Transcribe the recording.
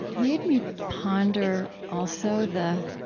made me ponder, also, the